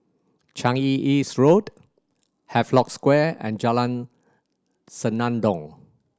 Changi East Road Havelock Square and Jalan Senandong